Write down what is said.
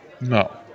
No